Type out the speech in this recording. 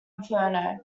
inferno